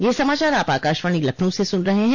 ब्रे क यह समाचार आप आकाशवाणी लखनऊ से सुन रहे हैं